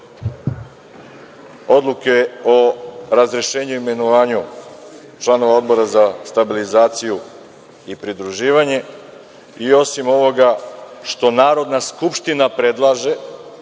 Odluke o razrešenju i imenovanju članova Odbora za stabilizaciju i pridruživanje, osim ovoga što Narodna skupština predlaže,